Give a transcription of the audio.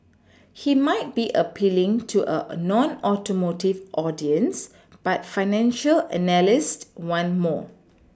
he might be appealing to a nonAutomotive audience but financial analysts want more